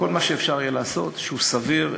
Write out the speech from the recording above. כל מה שאפשר יהיה לעשות שהוא סביר,